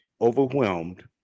overwhelmed